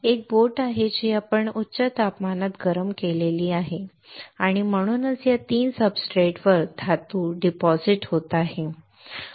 एक बोट आहे जी आपण हाय तापमानात गरम केली आहे आणि म्हणूनच या 3 सब्सट्रेट्सवर धातू डिपॉझिट होत आहे